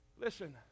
Listen